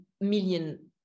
million